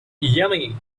yummy